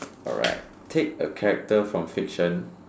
alright pick a character from fiction